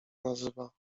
nazywa